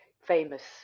famous